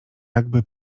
jakby